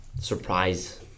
surprise